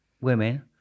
women